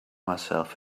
myself